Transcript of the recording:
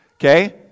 Okay